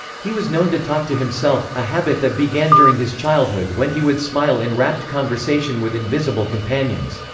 he was known to talk to himself, a habit that began during his childhood when he would smile in rapt conversation with invisible companions.